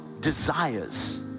desires